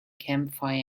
campfire